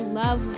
love